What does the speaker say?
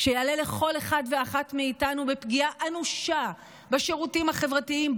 שיעלה לכל אחד ואחת מאיתנו בפגיעה אנושה בשירותים החברתיים,